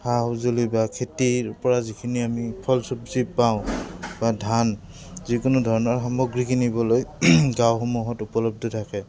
সা সঁজুলি বা খেতিৰ পৰা যিখিনি আমি ফল চবজি পাওঁ বা ধান যিকোনো ধৰণৰ সামগ্ৰী কিনিবলৈ গাঁওসমূহত উপলব্ধ থাকে